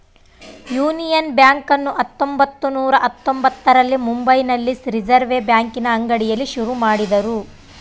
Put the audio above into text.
union ಬ್ಯಾಂಕನ್ನು ಹತ್ತೊಂಭತ್ತು ನೂರ ಹತ್ತೊಂಭತ್ತರಲ್ಲಿ ಮುಂಬೈನಲ್ಲಿ ರಿಸೆರ್ವೆ ಬ್ಯಾಂಕಿನ ಅಡಿಯಲ್ಲಿ ಶುರು ಮಾಡಿದರು